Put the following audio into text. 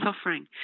suffering